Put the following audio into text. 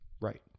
Right